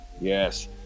Yes